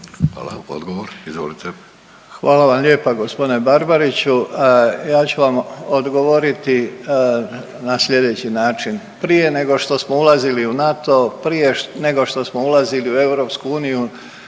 **Božinović, Davor (HDZ)** Hvala vam lijepa gospodine Barbariću. Ja ću vam odgovoriti na slijedeći način. Prije nego što smo ulazili u NATO, prije nego što smo ulazili u EU